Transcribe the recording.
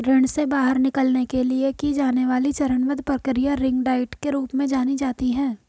ऋण से बाहर निकलने के लिए की जाने वाली चरणबद्ध प्रक्रिया रिंग डाइट के रूप में जानी जाती है